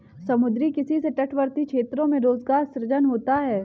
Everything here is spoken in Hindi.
समुद्री किसी से तटवर्ती क्षेत्रों में रोजगार सृजन होता है